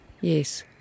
yes